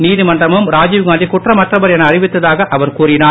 நீதிமன்றமும் ராஜீவ்காந்தி குற்றமற்றவர் என அறிவித்ததாக அவர் கூறினார்